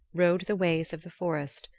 rode the ways of the forest,